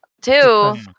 Two